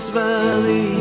valley